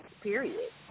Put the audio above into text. period